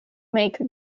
make